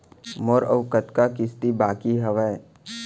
मोर अऊ कतका किसती बाकी हवय?